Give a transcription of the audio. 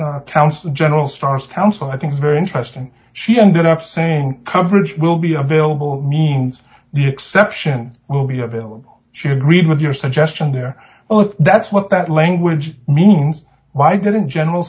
counsel general starr's counsel i think is very interesting she ended up saying coverage will be available means the exception will be available she agreed with your suggestion there well if that's what that language means why didn't general